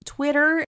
Twitter